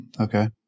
Okay